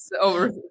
over